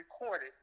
recorded